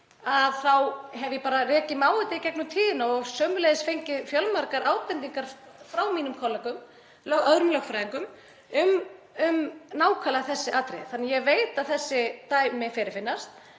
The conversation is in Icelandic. þá hef ég rekið mig á þetta í gegnum tíðina og sömuleiðis fengið fjölmargar ábendingar frá mínum kollegum, öðrum lögfræðingum, um nákvæmlega þessi atriði þannig að ég veit að þessi dæmi fyrirfinnast.